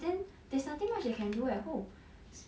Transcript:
then there's nothing much you can do at home